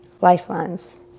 Lifelines